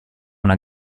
una